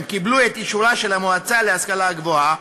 קיבלו את אישורה של המועצה להשכלה גבוהה,